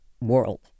world